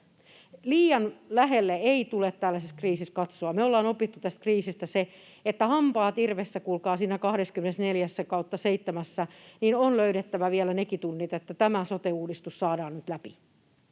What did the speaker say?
Liian lähelle ei tule tällaisessa kriisissä katsoa. Me ollaan opittu tästä kriisistä se, että hampaat irvessä, kuulkaa, siinä 24/7:ssä on löydettävä vielä nekin tunnit, että tämä sote-uudistus saadaan nyt läpi